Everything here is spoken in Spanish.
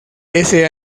ese